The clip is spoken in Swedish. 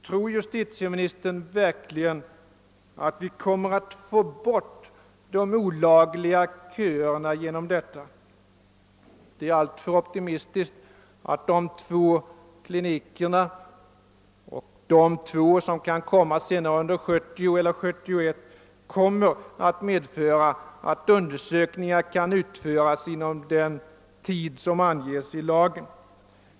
Tror justitieministern verkligen att vi kommer att få bort de olagliga köerna genom detta? Det vore alltför optimistiskt att tro att dessa två kliniker och de två ytterligare som kan komma i bruk senare under 1970 eller 1971 skulle medföra att undersökningar kan utföras inom den tid som anges i lagen.